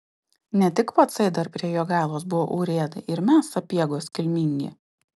ne tik pacai dar prie jogailos buvo urėdai ir mes sapiegos kilmingi